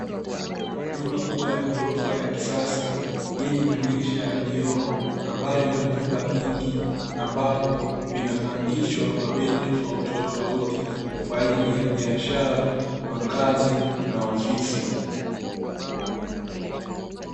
Nyumba kubwa ya ghorofa ya kisasa yenye madirisha ya vioo, ambayo ina vyumba vingi ambapo vinapangishwa kwa bei tofautitofauti, kwaajili ya biashara makazi na ofisi